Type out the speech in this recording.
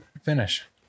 Finish